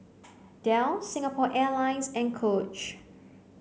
Dell Singapore Airlines and Coach